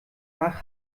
nach